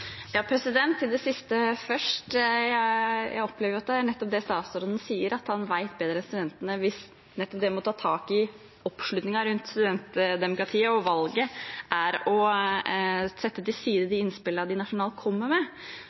det statsråden sier – at han vet bedre enn studentene hvis nettopp det med å ta tak i oppslutningen om studentdemokratiet og valget er å sette til side de innspillene de nasjonalt kommer med.